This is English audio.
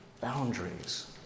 boundaries